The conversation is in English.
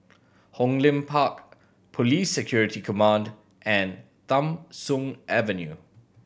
Hong Lim Park Police Security Command and Tham Soong Avenue